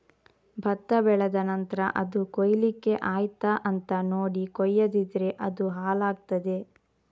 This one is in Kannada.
ಭತ್ತ ಬೆಳೆದ ನಂತ್ರ ಅದು ಕೊಯ್ಲಿಕ್ಕೆ ಆಯ್ತಾ ಅಂತ ನೋಡಿ ಕೊಯ್ಯದಿದ್ರೆ ಅದು ಹಾಳಾಗ್ತಾದೆ